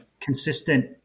consistent